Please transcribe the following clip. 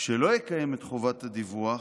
שלא יקיים את חובת הדיווח,